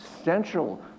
essential